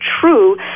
true